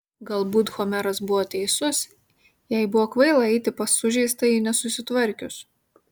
galbūt homeras buvo teisus jai buvo kvaila eiti pas sužeistąjį nesusitvarkius